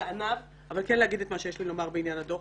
ועניו אבל כן להגיד את מה שיש לי בעניין הדוח.